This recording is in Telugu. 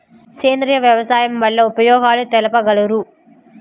సేంద్రియ వ్యవసాయం వల్ల ఉపయోగాలు తెలుపగలరు?